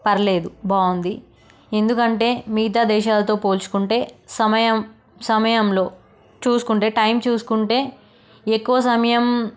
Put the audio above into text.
పర్లేదు బాగుంది ఎందుకంటే మిగతా దేశాలతో పోల్చుకుంటే సమయం సమయంలో చూసుకుంటే టైం చూసుకుంటే ఎక్కువ సమయం